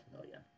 million